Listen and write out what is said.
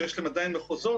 שיש להם עדיין מחוזות,